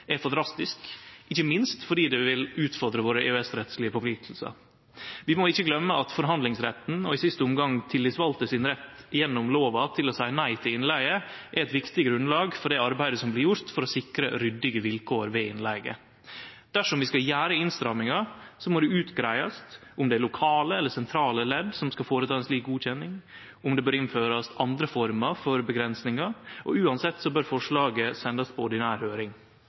er for drastisk, ikkje minst fordi det vil utfordre våre EØS-rettslige forpliktingar. Vi må ikkje gløyme at forhandlingsretten, og i siste omgang tillitsvalde sin rett gjennom lova til å seie nei til innleige, er eit viktig grunnlag for det arbeidet som blir gjort for å sikre ryddige vilkår ved innleige. Dersom vi skal gjere innstrammingar, må det greiast ut om det er lokale eller sentrale ledd som skal føreta ei slik godkjenning, og om det bør innførast andre former for avgrensingar. Uansett bør forslaget sendast på ordinær høyring.